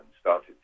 started